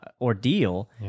ordeal